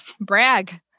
Brag